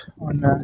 on